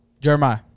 Jeremiah